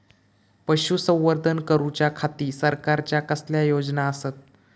पशुसंवर्धन करूच्या खाती सरकारच्या कसल्या योजना आसत?